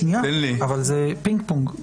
זה פינג-פונג.